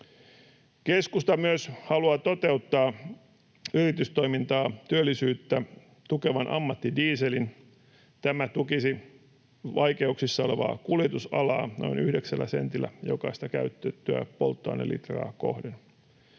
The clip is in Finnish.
Keskusta haluaa myös toteuttaa yritystoimintaa ja työllisyyttä tukevan ammattidieselin. Tämä tukisi vaikeuksissa olevaa kuljetusalaa noin yhdeksällä sentillä jokaista käytettyä polttoainelitraa kohden.